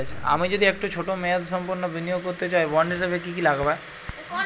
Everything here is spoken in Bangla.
আমি যদি একটু ছোট মেয়াদসম্পন্ন বিনিয়োগ করতে চাই বন্ড হিসেবে কী কী লাগবে?